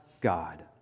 God